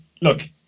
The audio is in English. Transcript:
look